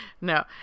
No